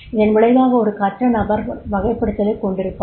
இதன் விளைவாக ஒரு கற்ற நபர் வகைப்படுத்தலைக் கொண்டிருப்பார்